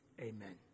amen